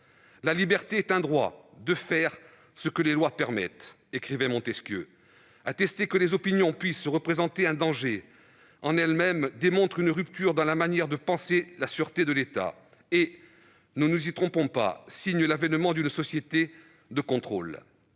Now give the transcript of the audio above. La liberté est le droit de faire ce que les lois permettent », écrivait Montesquieu. Considérer que des opinions puissent représenter un danger en elles-mêmes constitue une rupture dans la manière de penser la sûreté de l'État et- ne nous y trompons pas -préfigure l'avènement d'une société de contrôle.